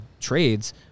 trades